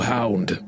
Hound